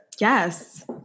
yes